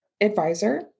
advisor